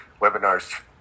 webinars